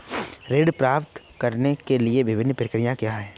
ऋण प्राप्त करने की विभिन्न प्रक्रिया क्या हैं?